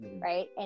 right